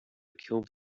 killed